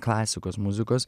klasikos muzikos